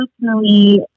personally